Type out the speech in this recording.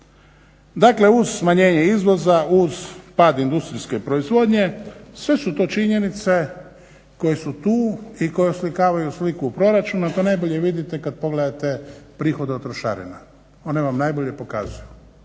Dakle, uz smanjenje izvoza, uz pad industrijske proizvodnje sve su to činjenice koje su tu i koje oslikavaju sliku proračuna. To najbolje vidite kad pogledate prihode od trošarina, one vam najbolje pokazuju.